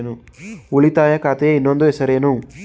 ಉಳಿತಾಯ ಖಾತೆಯ ಇನ್ನೊಂದು ಹೆಸರೇನು?